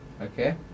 Okay